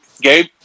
Gabe